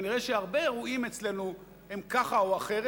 כנראה הרבה אירועים אצלנו הם ככה או אחרת,